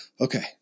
Okay